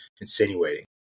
insinuating